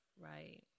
Right